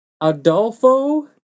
Adolfo